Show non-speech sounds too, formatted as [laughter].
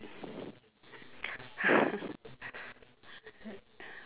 [laughs]